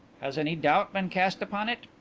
has any doubt been cast upon it?